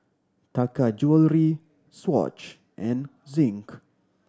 Taka Jewelry Swatch and Zinc